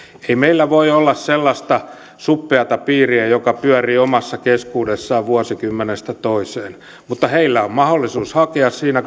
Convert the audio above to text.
ei meillä voi olla sellaista suppeata piiriä joka pyörii omassa keskuudessaan vuosikymmenestä toiseen mutta heillä on mahdollisuus hakea siinä